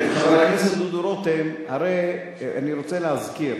חבר הכנסת דודו רותם, הרי אני רוצה להזכיר